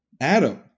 Adam